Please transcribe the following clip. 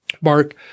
Mark